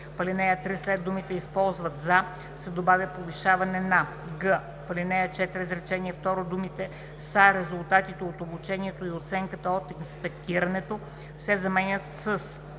в ал. 3 след думите „използват за“ се добавя „повишаване на“; г) в ал. 4, изречение второ думите „са резултатите от обучението и оценката от инспектирането“ се заменят с